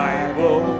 Bible